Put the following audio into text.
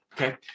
Okay